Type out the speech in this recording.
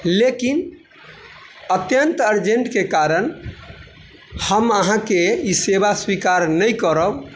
लेकिन अत्यन्त अर्जेंटके कारण हम अहाँके ई सेवा स्वीकार नहि करब